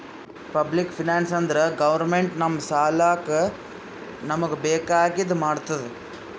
public finance ಅಂದುರ್ government ನಮ್ ಸಲ್ಯಾಕ್ ನಮೂಗ್ ಬೇಕ್ ಆಗಿದ ಮಾಡ್ತುದ್